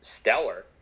stellar